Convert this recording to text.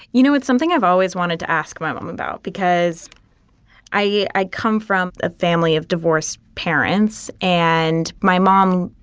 you know, it's something i've always wanted to ask my mom about because i i come from a family of divorced parents. and my mom